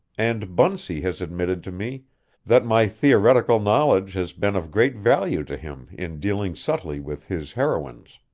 and bunsey has admitted to me that my theoretical knowledge has been of great value to him in dealing subtly with his heroines.